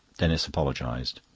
denis apologized.